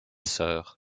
sœur